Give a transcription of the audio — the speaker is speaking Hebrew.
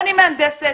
ואני מהנדסת